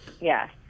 Yes